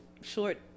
short